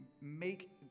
make